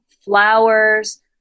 flowers